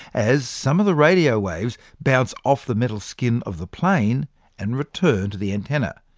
as some of the radio waves bounce off the metal skin of the plane and return to the antenna.